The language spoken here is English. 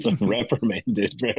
reprimanded